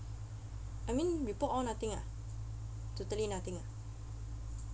I mean report all nothing ah totally nothing ah